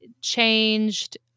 changed